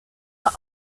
are